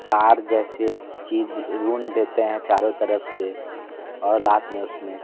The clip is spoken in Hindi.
तार जैसी चीज़ रून देते हैं चारों तरफ़ से और रात में उस में